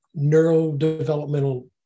neurodevelopmental